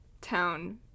town